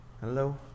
Hello